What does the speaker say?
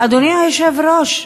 אדוני היושב-ראש,